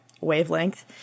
wavelength